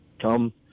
come –